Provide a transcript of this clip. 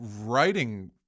writing